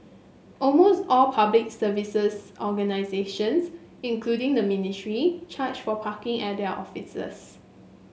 almost all Public Services organisations including the ministry charge for parking at their offices